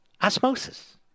Osmosis